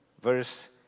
Verse